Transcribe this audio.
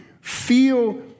feel